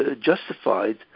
justified